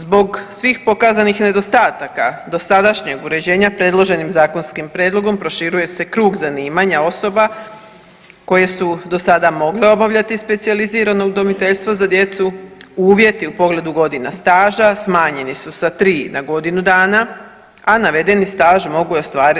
Zbog svih pokazanih nedostataka dosadašnjeg uređenja predloženim zakonskom prijedlogom proširuje se krug zanimanja osoba koje su do sada mogle obavljati specijalizirano udomiteljstvo za djecu, uvjeti u pogledu godina staža smanjeni su sa tri na godinu dana, a navedeni staž